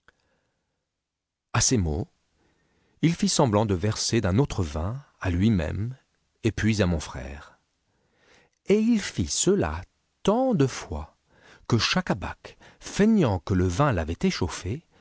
autre vin a lui-même et puis à mon frère et il ni cela tant de fois que schacabac feignant que le vin l'avait échauffé